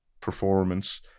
performance